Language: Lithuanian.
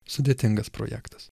sudėtingas projektas